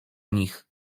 nich